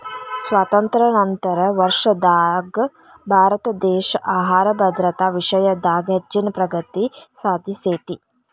ಸ್ವಾತಂತ್ರ್ಯ ನಂತರದ ವರ್ಷದಾಗ ಭಾರತದೇಶ ಆಹಾರ ಭದ್ರತಾ ವಿಷಯದಾಗ ಹೆಚ್ಚಿನ ಪ್ರಗತಿ ಸಾಧಿಸೇತಿ